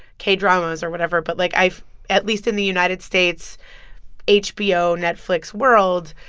k-dramas or whatever, but, like, i've at least, in the united states' hbo netflix world,